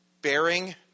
Bearing